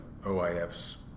OIFs